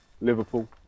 Liverpool